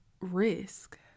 risk